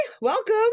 welcome